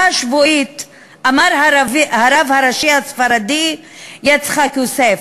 השבועית אמר הרב הראשי הספרדי יצחק יוסף: